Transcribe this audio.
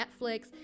Netflix